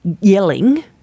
yelling